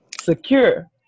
secure